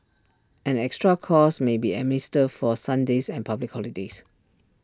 an extra cost may be administered for Sundays and public holidays